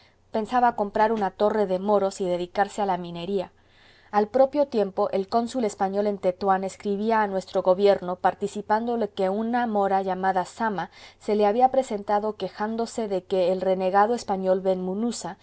pensaba comprar una torre de moros y dedicarse a la minería al propio tiempo el cónsul español en tetuán escribía a nuestro gobierno participándole que una mora llamada zama se le había presentado quejándose de que el renegado español